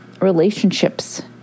relationships